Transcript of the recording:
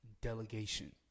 delegation